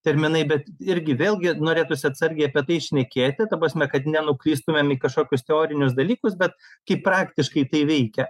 terminai bet irgi vėlgi norėtųsi atsargiai apie tai šnekėti ta prasme kad nenuklystumėm į kažkokius teorinius dalykus bet kaip praktiškai tai veikia